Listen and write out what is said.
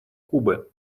кубы